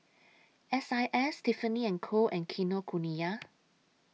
S I S Tiffany and Co and Kinokuniya